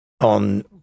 on